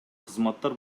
кызматтар